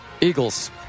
Eagles